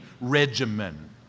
regimen